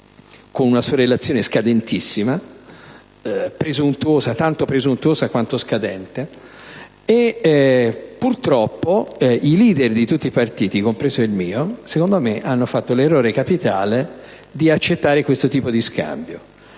con una sua relazione scadentissima, tanto presuntuosa quanto scadente, e purtroppo i *leader* di tutti i partiti, compreso il mio, secondo me hanno fatto l'errore capitale di accettare questo tipo di scambio: